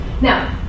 Now